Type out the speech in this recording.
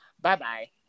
Bye-bye